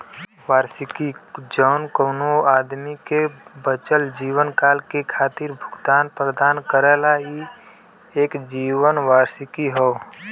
वार्षिकी जौन कउनो आदमी के बचल जीवनकाल के खातिर भुगतान प्रदान करला ई एक जीवन वार्षिकी हौ